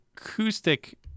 acoustic